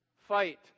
fight